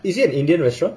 is it an indian restaurant